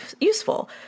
useful